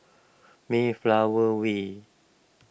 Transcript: Mayflower Way